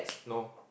no